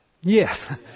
Yes